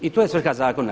I to je svrha zakona.